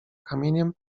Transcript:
kamieniem